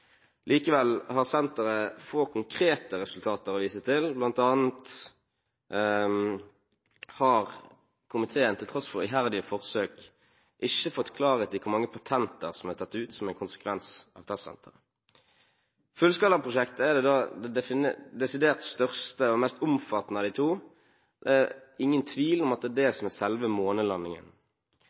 Likevel har senteret få konkrete resultater å vise til, bl.a. har komiteen, til tross for iherdige forsøk, ikke fått klarhet i hvor mange patenter som er tatt ut som en konsekvens av testsenteret. Fullskalaprosjektet er det desidert største og mest omfattende av de to. Ingen tvil om at det er det som er selve